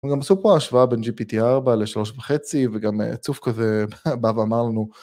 וגם עשו פה השוואה בין gpt 4 ל 3.5 וגם צוף כזה בא ואמרנו.